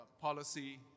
policy